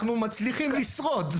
אנחנו מצליחים לשרוד,